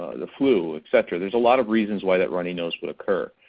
ah the flu, et cetera. there's a lot of reasons why that runny nose would occur.